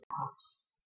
cops